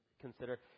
consider